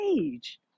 age